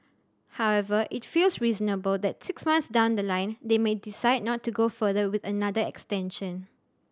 however it feels reasonable that six months down the line they may decide not to go further with another extension